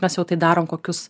mes jau tai darom kokius